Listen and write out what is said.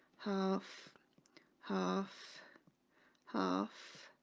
half half half